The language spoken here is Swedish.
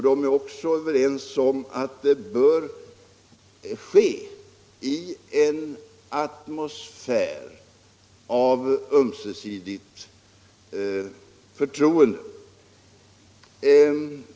De är också överens om att arbetet bör ske i en atmosfär av ömsesidigt förtroende.